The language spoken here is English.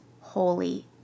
holy